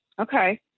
Okay